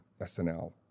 snl